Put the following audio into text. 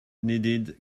needed